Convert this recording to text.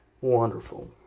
wonderful